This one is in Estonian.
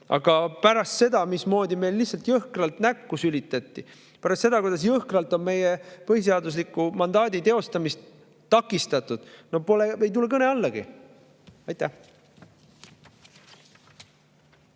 aga pärast seda, kui meile lihtsalt jõhkralt näkku sülitati, pärast seda, kui on jõhkralt meie põhiseadusliku mandaadi teostamist takistatud, ei tule see kõne allagi. Aitäh!